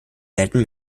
selten